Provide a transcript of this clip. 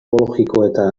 ekologiko